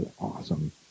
awesome